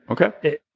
Okay